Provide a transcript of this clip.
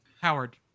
Howard